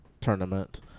tournament